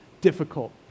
difficult